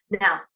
Now